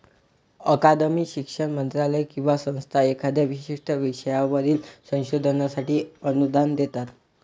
अकादमी, शिक्षण मंत्रालय किंवा संस्था एखाद्या विशिष्ट विषयावरील संशोधनासाठी अनुदान देतात